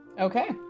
Okay